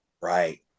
right